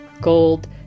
gold